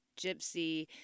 Gypsy